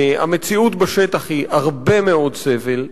המציאות בשטח היא הרבה מאוד סבל,